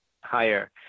higher